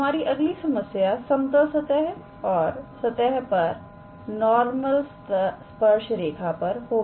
हमारी अगली समस्या समतल सतह और सतह पर नॉर्मल स्पर्श रेखा पर होगी